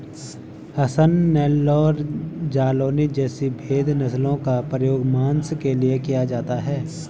हसन, नेल्लौर, जालौनी जैसी भेद नस्लों का प्रयोग मांस के लिए किया जाता है